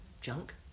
junk